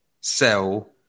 sell